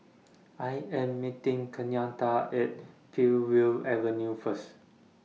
I Am meeting Kenyatta At Peakville Avenue First